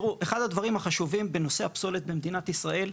אחד הדברים החשובים בנושא הפסולת במדינת ישראל,